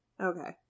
Okay